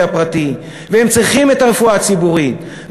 הפרטי והם צריכים את הרפואה הציבורית.